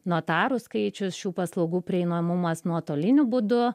notarų skaičius šių paslaugų prieinamumas nuotoliniu būdu